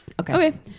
Okay